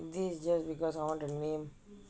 this is just because I want the name